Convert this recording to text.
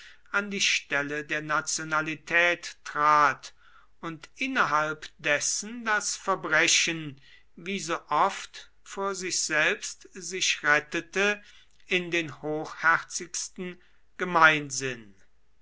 an die stelle der nationalität trat und innerhalb dessen das verbrechen wie so oft vor sich selbst sich rettete in den hochherzigsten gemeinsinn